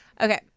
Okay